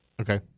Okay